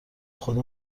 خدا